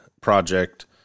project